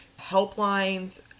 helplines